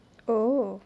oh